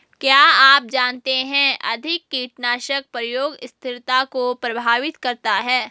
क्या आप जानते है अधिक कीटनाशक प्रयोग स्थिरता को प्रभावित करता है?